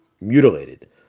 mutilated